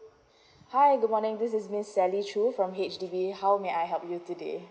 hi good morning this is miss sally choo from H_D_B how may I help you today